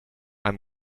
i’m